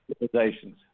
organizations